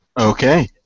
Okay